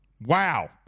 Wow